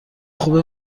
خوبه